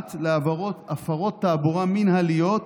משפט לעבירות הפרות תעבורה מינהליות,